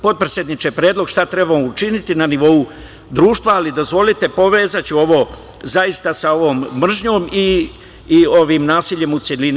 Potpredsedniče, daću predlog šta trebamo učiniti na nivou društva, ali dozvolite, povezaću ovo zaista sa ovom mržnjom i ovim nasiljem u celini.